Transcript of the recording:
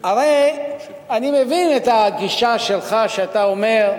הרי אני מבין את הגישה שלך כשאתה אומר: